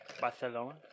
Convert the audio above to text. Barcelona